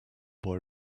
boy